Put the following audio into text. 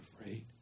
afraid